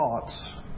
thoughts